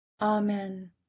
Amen